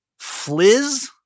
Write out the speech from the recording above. Fliz